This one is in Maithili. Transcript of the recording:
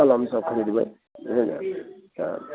कलम सब खरीदबै बुझलियै ने तब